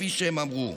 כפי שהם אמרו.